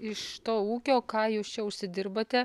iš to ūkio ką jūs čia užsidirbate